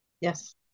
yes